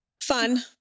fun